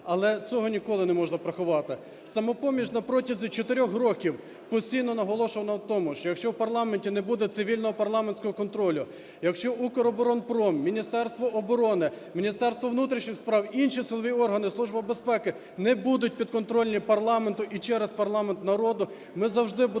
Але цього ніколи не можна приховати. "Самопоміч" на протязі 4 років постійно наголошувало на тому, що якщо в парламенті не буде цивільного парламентського контролю, якщо "Укроборонпром", Міністерство оборони, Міністерство внутрішніх справ, інші силові органи, Служба безпеки не будуть підконтрольні парламенту і через парламент народу, ми завжди будемо